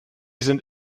sind